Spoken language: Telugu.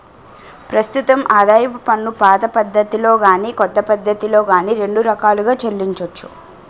ప్రస్తుతం ఆదాయపు పన్నుపాత పద్ధతిలో గాని కొత్త పద్ధతిలో గాని రెండు రకాలుగా చెల్లించొచ్చు